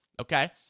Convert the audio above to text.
okay